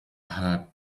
her